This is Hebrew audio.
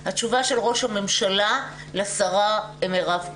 התשובה של ראש הממשלה לשרה מירב כהן,